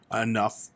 enough